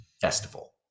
festival